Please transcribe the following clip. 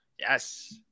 Yes